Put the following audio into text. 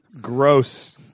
Gross